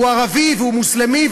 הוא ערבי והוא מוסלמי,